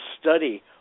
study